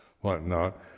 whatnot